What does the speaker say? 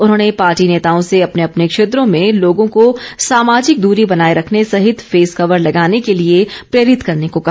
उन्होंने पार्टी नेताओं से अपने अपने क्षेत्रों में लोगों को सामाजिक दूरी बनाए रखने सहित फेस कवर लगाने के लिए प्रेरित करने को कहा